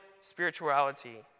spirituality